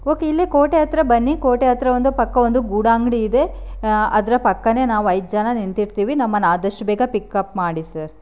okay ಇಲ್ಲೇ ಕೋಟೆ ಹತ್ತಿರ ಬನ್ನಿ ಕೋಟೆ ಹತ್ತಿರ ಒಂದು ಪಕ್ಕ ಒಂದು ಗೂಡಂಗ್ಡಿ ಇದೆ ಅದರ ಪಕ್ಕನೇ ನಾವು ಐದು ಜನ ನಿಂತಿರ್ತೀವಿ ನಮ್ಮನ್ನು ಆದಷ್ಟು ಬೇಗ ಪಿಕ್ಅಪ್ ಮಾಡಿ ಸರ್